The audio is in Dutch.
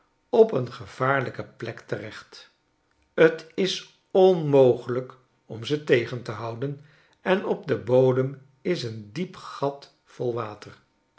op een gevaarlijke plek terecht t is onmogelijk om ze tegen te houden en op den bodem is een diep gat vol water